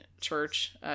church